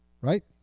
right